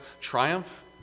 triumph